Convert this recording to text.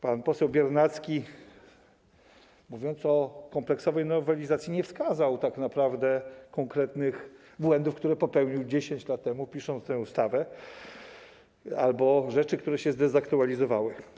Pan poseł Biernacki, mówiąc o kompleksowej nowelizacji, nie wskazał tak naprawdę konkretnych błędów, które popełnił 10 lat temu, pisząc tę ustawę, albo rzeczy, które się zdezaktualizowały.